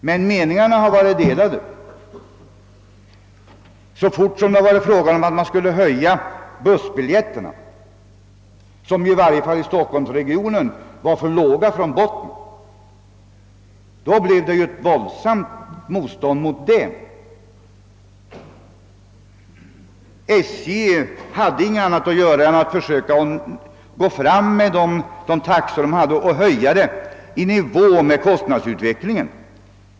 Men meningarna har varit delade. Så fort det varit fråga om att priserna på bussbiljetter skulle höjas — dessa var i varje fall i stockholmsregionen för låga — restes ett våldsamt motstånd. SJ hade inget annat att göra än att försöka höja taxorna så att de kom i nivå med kostnadsutvecklingen.